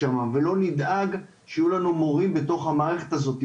ולא נדאג שיהיו לנו מורים בתוך המערכת הזאת.